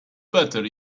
butter